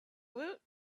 woot